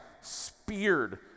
speared